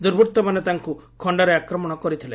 ଦୁର୍ବୁଉମାନେ ତାଙ୍କୁ ଖଖାରେ ଆକ୍ରମଣ କରିଥିଲେ